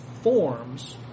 forms